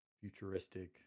futuristic